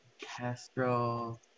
Castro